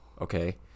Okay